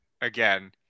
again